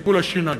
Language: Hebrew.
וטיפול השיניים.